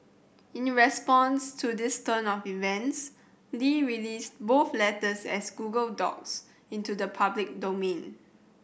in response to this turn of events Li released both letters as Google Docs into the public domain